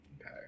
okay